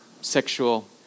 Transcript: sexual